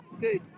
good